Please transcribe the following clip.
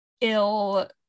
ill